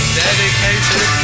dedicated